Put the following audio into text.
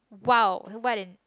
!wow! what an